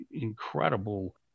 incredible